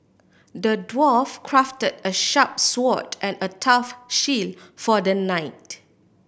the dwarf crafted a sharp sword and a tough shield for the knight